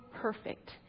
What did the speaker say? perfect